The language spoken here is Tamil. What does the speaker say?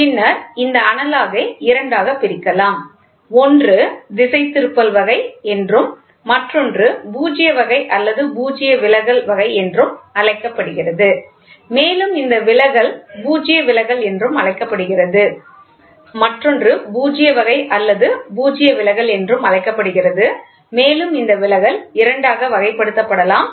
பின்னர் இந்த அனலாக் இரண்டாக பிரிக்கலாம் ஒன்று திசைதிருப்பல் வகை என்றும் மற்றொன்று பூஜ்ய வகை அல்லது பூஜ்ய விலகல் வகை என்றும் அழைக்கப்படுகிறது மேலும் இந்த விலகல் இரண்டாக வகைப்படுத்தப்படலாம்